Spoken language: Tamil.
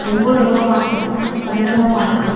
ரொம்ப லோவாக மார்க்கு எடுத்திருக்குறான் படிக்கவும் மாட்டேறான்